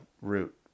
route